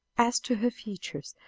as to her features,